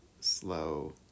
slow